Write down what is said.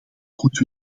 goed